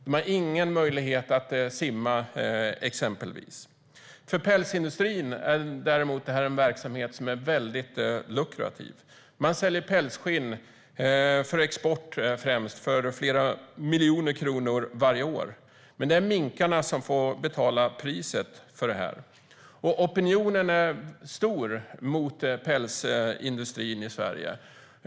De har ingen möjlighet att exempelvis simma. För pälsindustrin är det här en verksamhet som är väldigt lukrativ. Man säljer pälsskinn, främst på export, för flera miljoner kronor varje år. Men det är minkarna som får betala priset. Opinionen mot pälsindustrin är stor i Sverige.